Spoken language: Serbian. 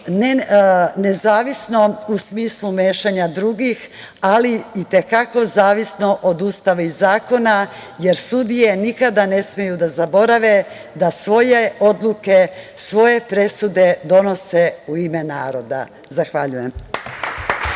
nezavisno u smislu mešanja drugih, ali i te kako zavisno od Ustava i Zakona, jer sudije nikada ne smeju da zaborave da svoje odluke, svoje presude donose u ime naroda. Zahvaljujem.